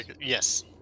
yes